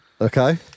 Okay